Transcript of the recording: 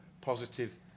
positive